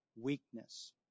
weakness